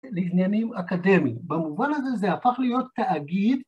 לבניינים אקדמיים. במובן הזה זה הפך להיות תאגיד